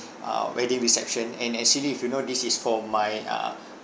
uh wedding reception and actually if you know this is for my uh